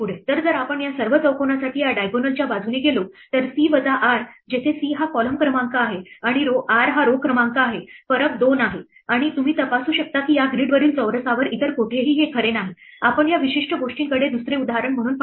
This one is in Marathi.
तर जर आपण या सर्व चौकोनासाठी या diagonal च्या बाजूने गेलो तर c वजा r जेथे c हा column क्रमांक आहे आणि r हा row क्रमांक आहे फरक 2 आहे आणि तुम्ही तपासू शकता की या ग्रिडवरील चौरसावर इतर कोठेही हे खरे नाही आपण या विशिष्ट गोष्टीकडे दुसरे उदाहरण म्हणून पाहिल्यास